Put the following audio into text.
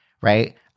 right